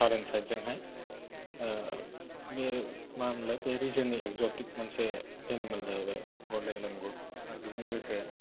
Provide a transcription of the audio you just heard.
सारोन साइद जोंहाय बे मा होनो मोलाय बे रिजननि इक्ज'तिक मोनसे एनिमाल जाहैबाय गल्डेन लेंगुर आरो बेजों लोगोसे